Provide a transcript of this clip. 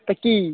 ଏଇଟା କି